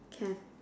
can